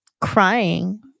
crying